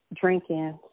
drinking